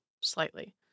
slightly